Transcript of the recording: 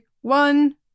one